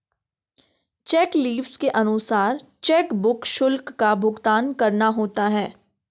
check leaves के अनुसार chequebook शुल्क का भुगतान करना होता है